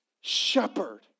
shepherd